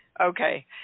Okay